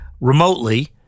remotely